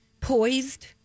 poised